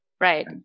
Right